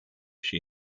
she